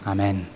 Amen